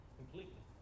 completely